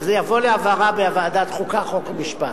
זה יבוא להבהרה בוועדת החוקה, חוק ומשפט.